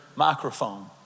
microphone